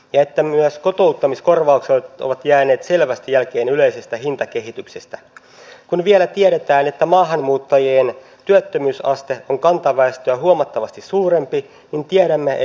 että myös kotouttamiskorvaukset ovat jääneet selvästi jälkeen yleisestä tulta kehitykses valtion vastuulla valtio vastatkoon ja se mikä on kantaväestöä huomattavasti suurempi kun tiedämme ei